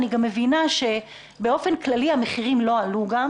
אני גם מבינה שבאופן כללי המחירים גם לא עלו,